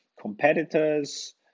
competitors